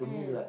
mm